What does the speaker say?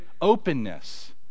openness